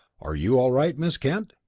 are you all right, miss kent?